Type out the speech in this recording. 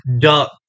Duck